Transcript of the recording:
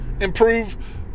improve